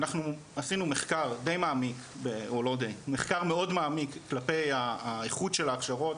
אנחנו עשינו מחקר מאוד מעמיק כלפי האיכות של ההכשרות,